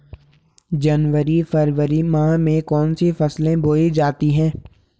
जनवरी फरवरी माह में कौन कौन सी फसलें बोई जाती हैं?